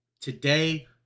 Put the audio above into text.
today